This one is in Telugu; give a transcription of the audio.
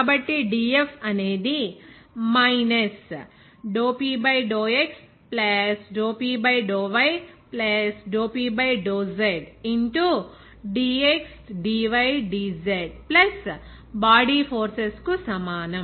కాబట్టి dF అనేది Px Py Pzdx dy dz body forces కు సమానం